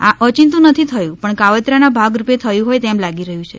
આ ઓચિન્તું નથી થયું પણ કાવત્રાના ભાગ રૂપે થયું હોય તેમ લાગી રહ્યું છે